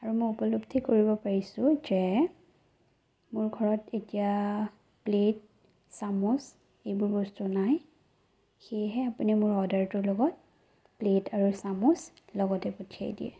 আৰু মই উপলদ্ধি কৰিব পাৰিছোঁ যে মোৰ ঘৰত এতিয়া প্লেট চামুচ এইবোৰ বস্তু নাই সেয়েহে আপুনি মোৰ অৰ্ডাৰটোৰ লগত প্লেট আৰু চামুচ লগতে পঠিয়াই দিয়ে